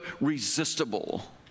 resistible